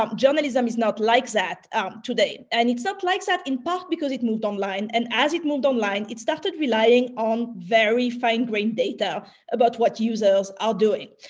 um journalism is not like that today, and it's not like that, in part because it moved online. and as it moved online, it started relying on very fine-grained data about what users are doing.